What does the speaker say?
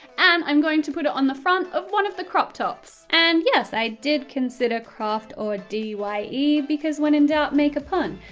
and i'm going to put this on the front of one of the crop tops! and yes, i did consider craft or d y e, because when in doubt, make a pun.